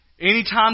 Anytime